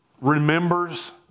remembers